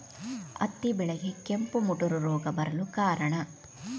ಹತ್ತಿ ಬೆಳೆಗೆ ಕೆಂಪು ಮುಟೂರು ರೋಗ ಬರಲು ಕಾರಣ?